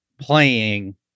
playing